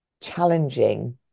challenging